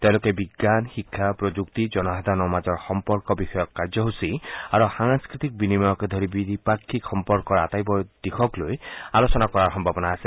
তেওঁলোকে বিজ্ঞান শিক্ষা প্ৰযুক্তি জনসাধাৰণৰ মাজৰ সম্পৰ্ক বিষয়ক কাৰ্যসূচী আৰু সাংস্থতিক বিনিময়কে ধৰি দ্বিপাক্ষিক সম্পৰ্কৰ আটাইবোৰ দিশক লৈ আলোচনা কৰাৰ সম্ভাৱনা আছে